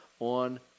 On